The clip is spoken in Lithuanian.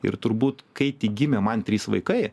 ir turbūt kai tik gimė man trys vaikai